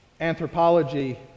anthropology